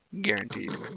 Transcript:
Guaranteed